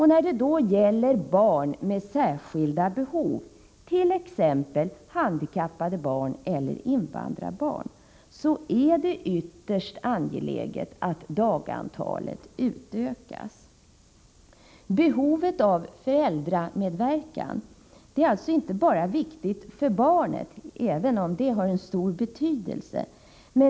När det gäller barn med särskilda behov, t.ex. handikappade barn och invandrarbarn, är det ytterst angeläget att dagantalet utökas. Behovet av föräldramedverkan är viktigt inte bara för barnet — även om det har stor betydelse.